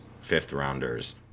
fifth-rounders